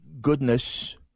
goodness